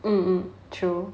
mm true